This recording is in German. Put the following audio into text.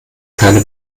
keine